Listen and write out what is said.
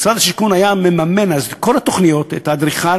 משרד השיכון היה מממן אז את כל התוכניות: את האדריכל,